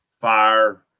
fire